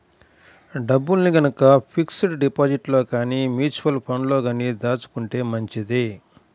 డబ్బుల్ని గనక ఫిక్స్డ్ డిపాజిట్లలో గానీ, మ్యూచువల్ ఫండ్లలో గానీ దాచుకుంటే మంచిది